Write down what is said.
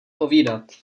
povídat